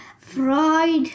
Fried